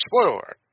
spoiler